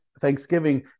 Thanksgiving